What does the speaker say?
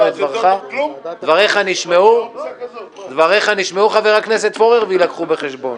דבריך נשמעו, חבר הכנסת פורר ויילקחו בחשבון.